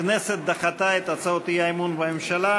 הכנסת דחתה את הצעות האי-אמון בממשלה.